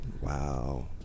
wow